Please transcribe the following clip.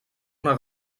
una